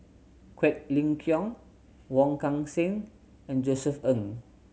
Quek Ling Kiong Wong Kan Seng and Josef Ng